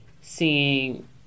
seeing